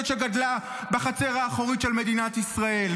שגדלה בחצר האחורית של מדינת ישראל.